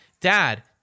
dad